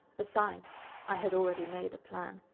besides, i had already made a plan.